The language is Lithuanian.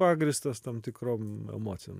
pagrįstas tam tikrom emocijom